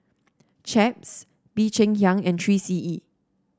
Chaps Bee Cheng Hiang and Three C E